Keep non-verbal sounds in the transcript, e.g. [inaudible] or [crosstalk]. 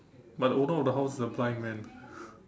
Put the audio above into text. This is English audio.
but the owner of the house is a blind man [breath]